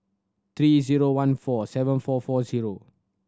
three zero one four seven four four zero